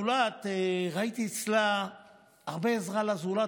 ראיתי אצלה הרבה עזרה לזולת.